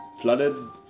flooded